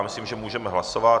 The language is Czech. Myslím, že můžeme hlasovat.